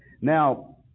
Now